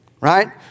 right